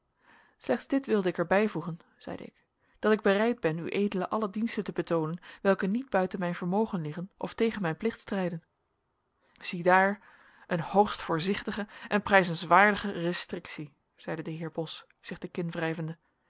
slechts dit wilde ik er bijvoegen zeide ik dat ik bereid ben ued alle diensten te betoonen welke niet buiten mijn vermogen liggen of tegen mijn plicht strijden ziedaar een hoogst voorzichtige en prijzenswaardige restrictie zeide de heer bos zich de